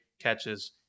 catches